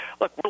look